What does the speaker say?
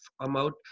amount